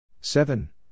seven